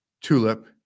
tulip